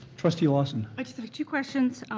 trustee lawson. i just had two questions.